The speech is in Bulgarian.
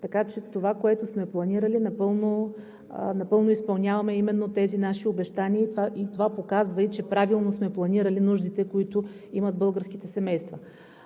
Това, което сме планирали, напълно изпълняваме – именно тези наши обещания. Това показва, че правилно сме планирали нуждите, които имат българските семейства.